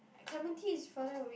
Clementi is further away